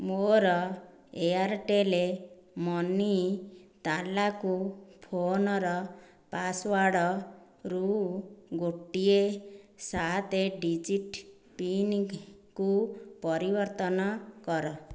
ମୋର Airtel money ତାଲାକୁ ଫୋନର ପାସୱାର୍ଡରୁ ଗୋଟିଏ ସାତ ଡିଜିଟ ପିନ୍କୁ ପରିବର୍ତ୍ତନ କର